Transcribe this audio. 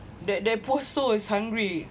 that their poor soul is hungry